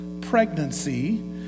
pregnancy